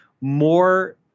more